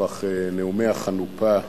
נוכח נאומי החנופה,